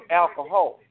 alcohol